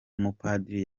umupadiri